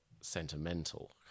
sentimental